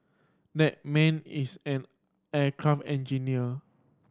that man is an aircraft engineer